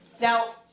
Now